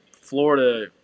Florida